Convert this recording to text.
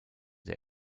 der